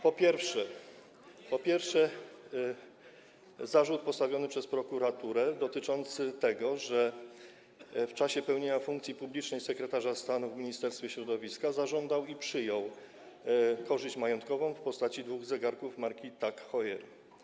Po pierwsze, zarzut postawiony przez prokuraturę dotyczący tego, że w czasie pełnienia funkcji publicznej sekretarza stanu w Ministerstwie Środowiska zażądał i przyjął korzyść majątkową w postaci dwóch zegarków marki TAG Heuer.